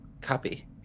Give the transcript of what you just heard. Copy